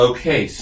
Okay